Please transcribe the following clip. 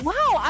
Wow